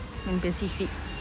in pacific